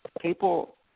People